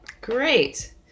Great